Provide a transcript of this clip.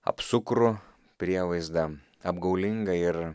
apsukrų prievaizdą apgaulingą ir